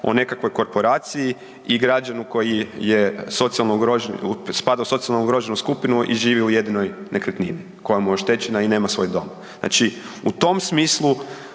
o nekakvoj korporaciji i građanu koji spada u socijalno ugroženu skupinu i živi u jedinoj nekretnini koja mu je oštećena i nema svoj dom. Znači u tom smislu